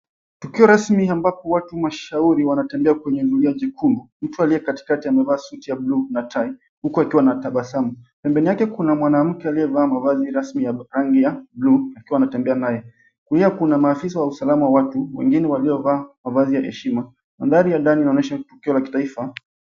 Tukio rasmi ambapo watu mashuhuri wanatembea kwenye jukwaa kikuu. Mtu aliyekatikati amevaa suti ya buluu na shati na tai huku akiwa anatabasamu. Pembeni mwake kuna mwanamke aliyevaa mavazi rasmi ya rangi ya buluu akiwa anatembea naye. Pia kuna mahafisa wa usalama, watu wengine waliovaa mavazi ya heshima. Mandhari ya ndani inaonyesha tukio la kitaifa.